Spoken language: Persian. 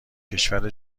کشور